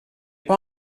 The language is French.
pas